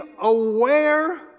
aware